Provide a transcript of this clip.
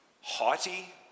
haughty